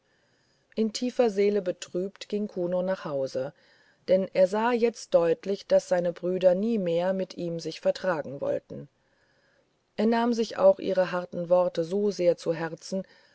in tiefster seele betrübt ging kuno nach hause denn er sah jetzt deutlich daß seine brüder nie mehr mit ihm sich vertragen wollten er nahm sich auch ihre harten worte so sehr zu herzen